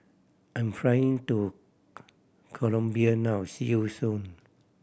I'm flying to Colombia now see you soon